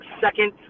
second